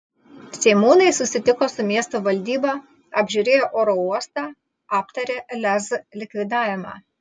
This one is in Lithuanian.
seimūnai susitiko su miesto valdyba apžiūrėjo oro uostą aptarė lez likvidavimą